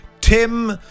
Tim